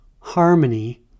harmony